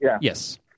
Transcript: yes